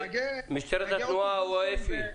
משטרת התנועה או אפי,